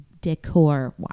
decor